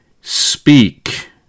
speak